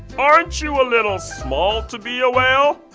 aren't you a little small to be a whale?